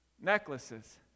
necklaces